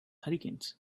hurricanes